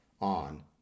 on